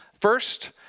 First